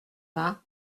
vingt